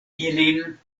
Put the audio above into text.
ilin